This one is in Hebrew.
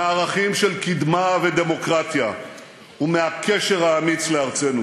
מהערכים של קדמה ודמוקרטיה ומהקשר האמיץ לארצנו.